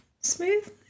Smooth